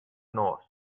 nos